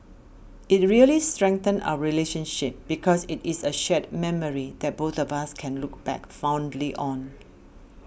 it really strengthened our relationship because it is a shared memory that both of us can look back fondly on